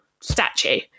statue